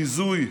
ביזוי,